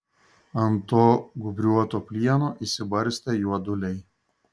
ant to gūbriuoto plieno išsibarstę juoduliai